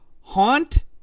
haunt